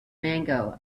mango